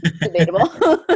debatable